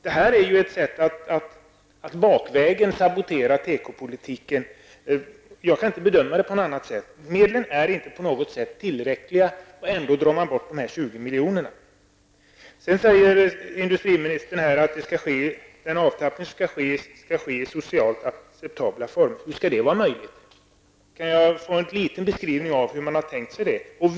Detta är ett sätt att bakvägen sabotera tekopolitiken. Jag kan inte bedöma det på annat sätt; medlen är inte på något sätt tillräckliga, och ändå drar man bort dessa 20 miljoner. Industriministern säger vidare att avtrappningen skall ske i socialt acceptabla former. Hur skall det bli möjligt? Kan jag få ett besked om hur man tänkt sig att det skall gå till!?